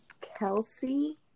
Kelsey